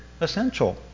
essential